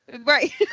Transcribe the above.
Right